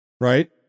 right